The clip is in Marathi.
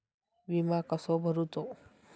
विमा कसो भरूचो?